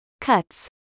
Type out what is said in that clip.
cuts